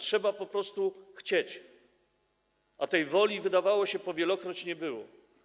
Trzeba po prostu chcieć, a tej woli, wydawało się, po wielokroć nie było.